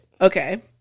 Okay